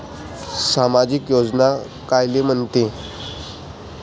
सामाजिक योजना कायले म्हंते?